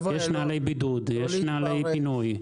יש נהלי בידוד, יש נהלי פינוי.